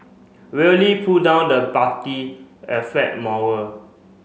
really pull down the party affect